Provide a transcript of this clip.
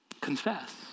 Confess